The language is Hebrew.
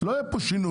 לא יהיה פה שינוי.